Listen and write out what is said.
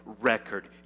record